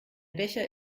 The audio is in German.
becher